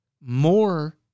more